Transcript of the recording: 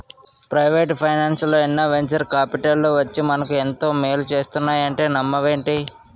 Private ఫైనాన్సల్లో ఎన్నో venture కాపిటల్లు వచ్చి మనకు ఎంతో మేలు చేస్తున్నాయంటే నమ్మవేంటి?